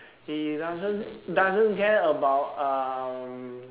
he doesn't doesn't care about um